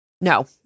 No